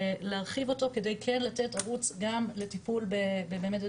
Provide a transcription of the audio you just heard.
להרחיב אותו כדי כן לתת ערוץ גם לטיפול בתלונות